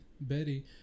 Betty